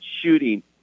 shooting